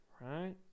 right